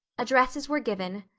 addresses were given,